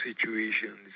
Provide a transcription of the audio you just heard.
situations